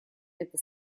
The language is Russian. это